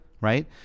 right